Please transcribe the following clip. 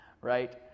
Right